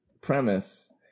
premise